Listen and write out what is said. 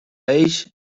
ells